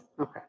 Okay